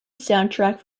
soundtrack